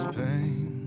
pain